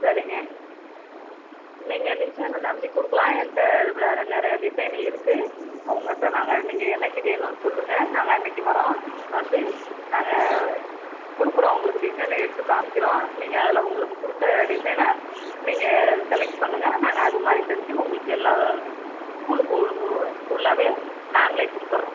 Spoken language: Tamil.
சரிங்க நீங்கள் டிசைன் நம்பி கொடுக்கலாம் என்கிட்ட வேறே நிறையா டிசைனு இருக்குது அவங்கள்ட்ட நாங்கள் நீங்கள் என்றைக்கி வேணும் சொல்லுங்கள் நாங்கள் அன்னைக்கி வரோம் வந்து நாங்கள் கொடுக்குறோம் உங்களுக்கு டிசைனை எடுத்து காண்மிக்கிறோம் நீங்கள் அதில் உங்களுக்கு பிடிச்ச டிசைனை நீங்கள் செலக்ட் பண்ணுங்கள் நாங்கள் அது மாதிரி தச்சு உங்களுக்கு எல்லா வ ஸ்கூலுக்கு கு கு ஃபுல்லாகவே நாங்களே கொடுத்துட்றோம்